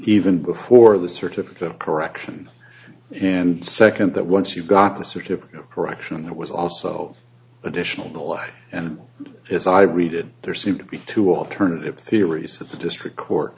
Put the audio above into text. even before the certificate of correction and second that once you got the certificate correction that was also additional and as i read it there seem to be two alternative theories that the district court